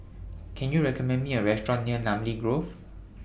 Can YOU recommend Me A Restaurant near Namly Grove